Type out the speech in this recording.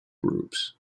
groups